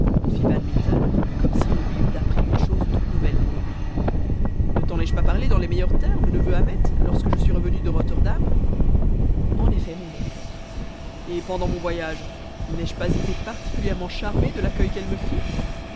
comme si on lui eût appris une chose toute nouvelle pour lui ne t'en ai-je pas parlé dans les meilleurs termes neveu ahmet lorsque je suis revenu de rotterdam en effet mon oncle et pendant mon voyage n'ai-je pas été particulièrement charmé de l'accueil qu'elle me fit